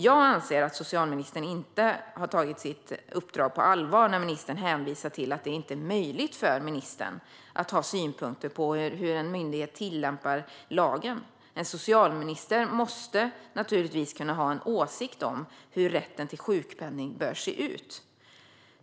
Jag anser att socialministern inte har tagit sitt uppdrag på allvar när ministern hänvisar till att det inte är möjligt för ministern att ha synpunkter på hur en myndighet tillämpar lagen. En socialminister måste naturligtvis kunna ha en åsikt om hur rätten till sjukpenning bör se ut.